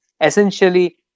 Essentially